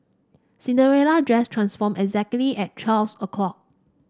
Cinderella dress transformed exactly at twelve o'clock